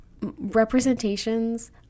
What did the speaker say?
Representations